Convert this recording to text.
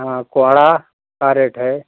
हाँ कोहड़ा का रेट है